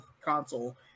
console